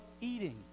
eating